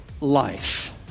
life